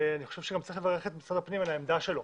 אני חושב שגם צריך לברך את משרד הפנים על העמדה שלו.